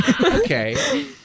Okay